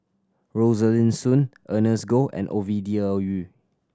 Rosaline Soon Ernest Goh and Ovidia Yu